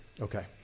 okay